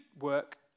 work